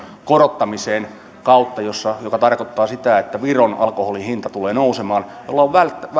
korottamisen kautta mikä tarkoittaa sitä että viron alkoholin hinta tulee nousemaan millä on